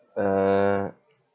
uh